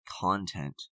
content